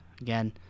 again